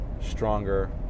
stronger